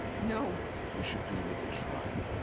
no! you should be with the tribe.